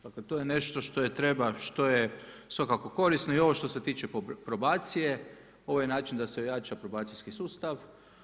Dakle to je nešto što treba i svakako korisno i ovo što se tiče probacije, ovo je način da se ojača probacijski sustav.